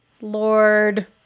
Lord